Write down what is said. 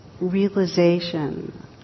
realization